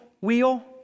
wheel